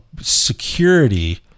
security